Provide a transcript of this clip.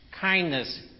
kindness